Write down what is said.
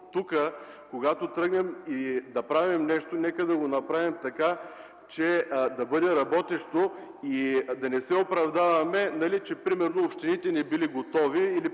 когато тръгнем да правим нещо, нека да го направим така, че да бъде работещо и да не се оправдаваме, че, примерно, общините не били готови